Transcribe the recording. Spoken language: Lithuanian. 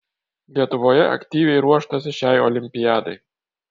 lietuvoje aktyviai ruoštasi šiai olimpiadai